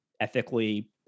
ethically